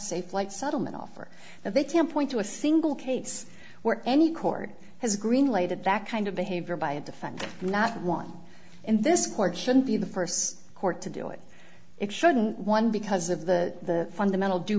safelight settlement offer that they can't point to a single case where any court has greenlighted that kind of behavior by a defendant not one in this court shouldn't be the first court to do it it shouldn't one because of the fundamental due